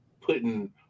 putting